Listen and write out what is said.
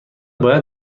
باید